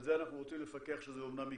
על זה אנחנו רוצים לפקח שזה אמנם יקרה.